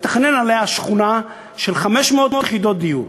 מתכנן עליה שכונה של 500 יחידות דיור.